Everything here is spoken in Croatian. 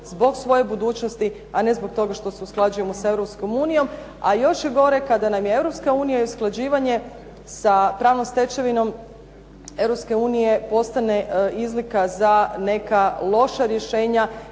zbog svoje budućnosti, a ne zbog toga što se usklađujemo sa Europskom unijom, a još je gore kada nam Europska unija i usklađivanje sa pravnom stečevinom Europske unije postane izlika za neka loša rješenja